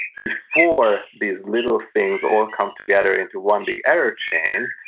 before these little things all come together into one big error chain,